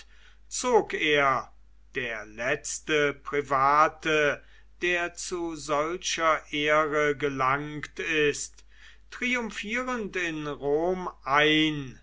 zog er der letzte private der zu solcher ehre gelangt ist triumphierend in rom ein